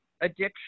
addiction